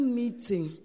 meeting